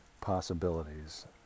possibilities